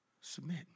Submit